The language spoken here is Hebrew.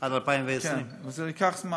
עד 2020. עד 2020. כן, זה ייקח זמן.